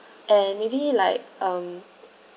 and maybe like um